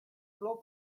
plou